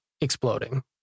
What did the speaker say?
exploding